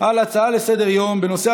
על הצעה לסדר-יום בנושא: